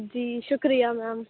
جی شُکریہ میم